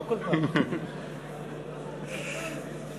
שר